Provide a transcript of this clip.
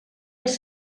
els